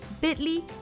bit.ly